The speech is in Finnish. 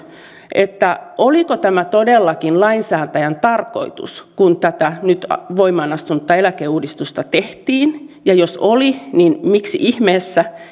oliko tämä todellakin lainsäätäjän tarkoitus kun tätä nyt voimaan astunutta eläkeuudistusta tehtiin ja jos oli niin miksi ihmeessä